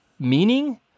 Meaning